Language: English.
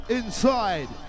inside